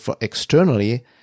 externally